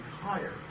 higher